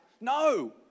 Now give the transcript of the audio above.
No